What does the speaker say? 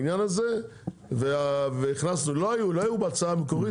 החריגים האלה לא היו בהצעה המקורית,